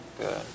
good